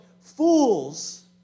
Fools